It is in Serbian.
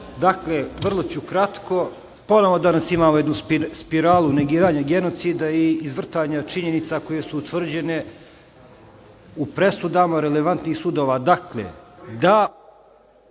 ću kratko. Ponovo danas imamo jednu spiralu negiranja genocida i izvrtanja činjenica koje su utvrđene u presudama relevantnih sudova… (Isključen